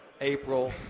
April